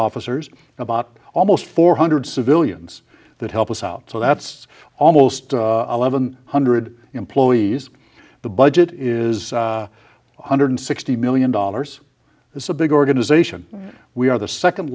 officers about almost four hundred civilians that help us out so that's almost eleven hundred employees the budget is one hundred sixty million dollars it's a big organization we are the second